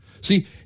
See